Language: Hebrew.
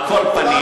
בקלנסואה,